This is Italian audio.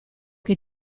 che